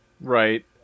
Right